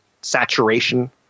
saturation